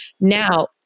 Now